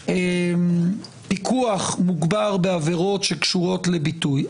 פיקוח מוגבר בעבירות שקשורות לביטוי,